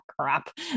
crap